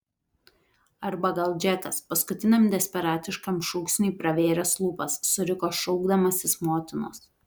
arba gal džekas paskutiniam desperatiškam šūksniui pravėręs lūpas suriko šaukdamasis motinos